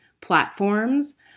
platforms